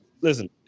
listen